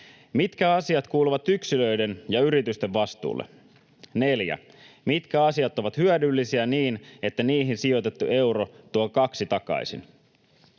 Mitkä asiat kuuluvat yksilöiden ja yritysten vastuulle? 4) Mitkä asiat ovat hyödyllisiä niin, että niihin sijoitettu euro tuo kaksi takaisin?